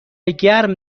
گرم